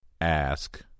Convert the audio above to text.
Ask